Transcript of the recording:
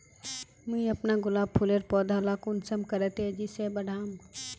मुई अपना गुलाब फूलेर पौधा ला कुंसम करे तेजी से बढ़ाम?